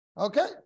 Okay